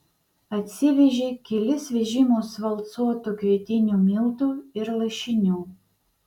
atsivežė kelis vežimus valcuotų kvietinių miltų ir lašinių